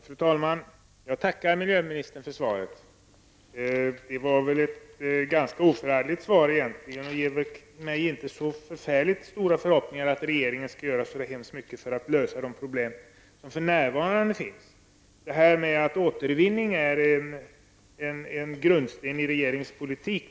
Fru talman! Jag tackar miljöministern för svaret. Det var väl ett ganska oförargligt svar egentligen, och det ger mig inte så förfärligt stora förhoppningar om att regeringen skall göra så mycket för att lösa de problem som för närvarande finns. Återvinning är en grundsten i regeringens politik.